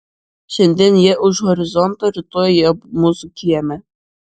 šiandien jie už horizonto rytoj jie mūsų kieme